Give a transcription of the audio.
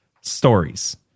stories